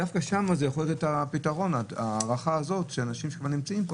דווקא הארכה הזאת לאנשים שנמצאים פה